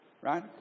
right